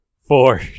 four